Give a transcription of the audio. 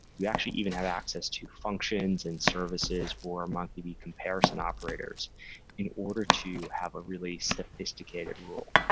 you actually even have access to functions and services or mongodb comparison operators in order to have a really sophisticated rule.